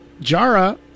Jara